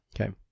Okay